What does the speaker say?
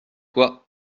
quoi